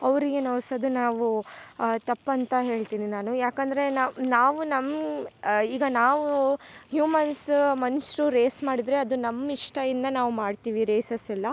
ಅವರಿಗೆ ನೊವ್ಸೋದು ನಾವು ತಪ್ಪಂತ ಹೇಳ್ತೀನಿ ನಾನು ಯಾಕಂದರೆ ನಾವು ನಮ್ಮ ಈಗ ನಾವು ಹಿವ್ಮನ್ಸ್ ಮನುಷ್ಯರು ರೇಸ್ ಮಾಡಿದರೆ ಅದು ನಮ್ಮಿಷ್ಟಯಿಂದ ನಾವು ಮಾಡ್ತೀವಿ ರೆಸೆಸ್ ಎಲ್ಲ